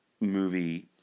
movie